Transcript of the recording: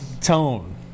tone